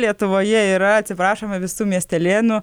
lietuvoje yra atsiprašome visų miestelėnų